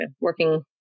working